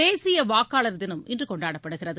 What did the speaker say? தேசிய வாக்காளர் தினம் இன்று கொண்டாடப்படுகிறது